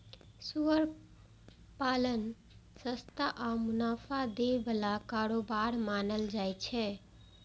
सुअर पालन सस्ता आ मुनाफा दै बला कारोबार मानल जाइ छै